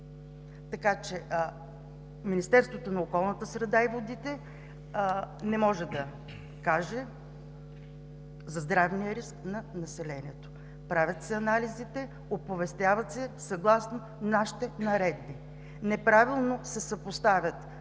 Така че Министерството на околната среда и водите не може да каже за здравния риск на населението. Правят се анализите, оповестяват се, съгласно нашите наредби. Неправилно се съпоставят